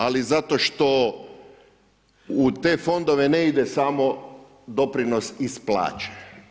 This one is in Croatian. Ali zato što u te fondove ne ide samo doprinos iz plaće.